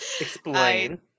explain